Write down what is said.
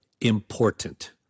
important